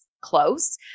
close